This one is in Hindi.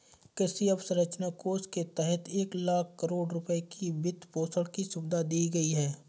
कृषि अवसंरचना कोष के तहत एक लाख करोड़ रुपए की वित्तपोषण की सुविधा दी गई है